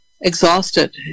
exhausted